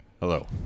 Hello